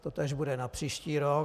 Totéž bude na příští rok.